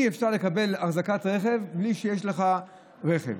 אי-אפשר לקבל אחזקת רכב בלי שיש לך רכב.